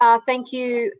ah thank you,